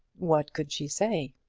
what could she say?